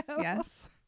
Yes